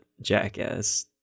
Jackass